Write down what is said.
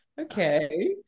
okay